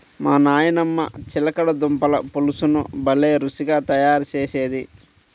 మా నాయనమ్మ చిలకడ దుంపల పులుసుని భలే రుచిగా తయారు చేసేది